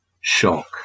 shock